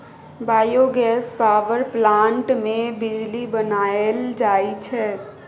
biogas power plant मे बिजली बनाएल जाई छै